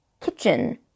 kitchen